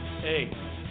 Hey